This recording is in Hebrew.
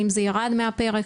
האם זה ירד מהפרק?